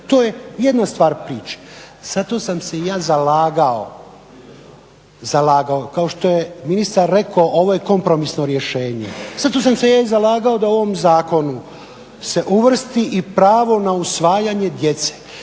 to je jedna stvar priče. Zato sam se ja zalagao kao što je ministar rekao, ovo je kompromisno rješenje. Zato sam se ja i zalagao da u ovom zakonu se uvrsti i pravo na usvajanje djece